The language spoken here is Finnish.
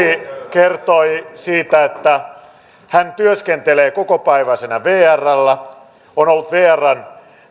kertoi siitä että hän työskentelee kokopäiväisenä vrllä on ollut vrn